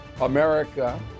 America